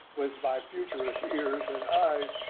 with my futurist ears an eyes.